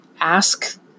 ask